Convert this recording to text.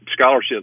scholarships